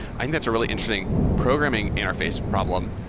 i think that's a really interesting programming interface problem.